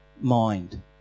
mind